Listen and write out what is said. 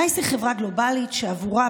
נייס היא חברה גלובלית שעבורה,